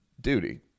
duty